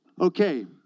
Okay